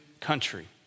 country